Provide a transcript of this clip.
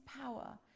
power